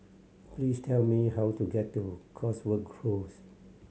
please tell me how to get to Cotswold Close